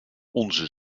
onze